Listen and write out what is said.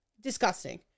disgusting